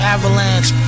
Avalanche